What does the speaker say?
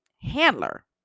Handler